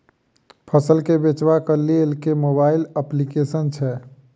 फसल केँ बेचबाक केँ लेल केँ मोबाइल अप्लिकेशन छैय?